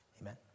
Amen